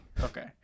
Okay